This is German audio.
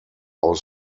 aus